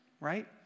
right